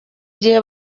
gihe